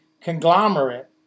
conglomerate